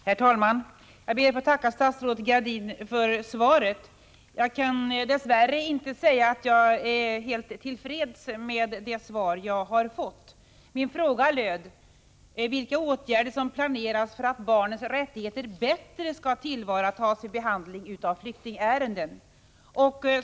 Herr talman! Jag ber att få tacka statsrådet Gradin för svaret. Jag kan dess värre inte säga att jag är helt till freds med det svar jag har fått. Min fråga löd: Vilka åtgärder planeras för att barnens rättigheter bättre skall tillvaratas vid behandling av flyktingärenden?